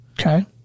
Okay